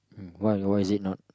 um what why is it not